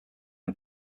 are